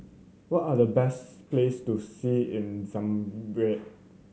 what are the best place to see in Zambia